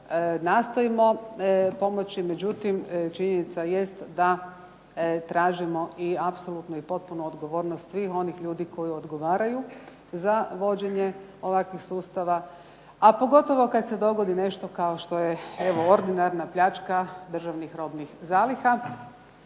nastojimo pomoći. Međutim, činjenica jest da tražimo i apsolutnu i potpunu odgovornost svih onih ljudi koji odgovaraju za vođenje ovakvih sustava a pogotovo kad se dogodi nešto kao što je ordinarna pljačka državnih robnih zaliha